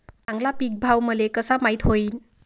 चांगला पीक भाव मले कसा माइत होईन?